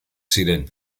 ziren